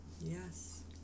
Yes